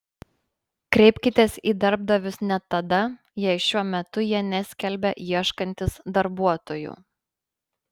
kreipkitės į darbdavius net tada jei šiuo metu jie neskelbia ieškantys darbuotojų